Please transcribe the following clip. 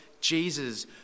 Jesus